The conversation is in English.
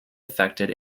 affected